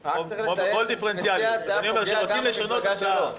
לפי ההצעה זה נוגע גם למפלגה שלו.